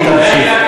והיא תמשיך.